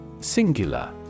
Singular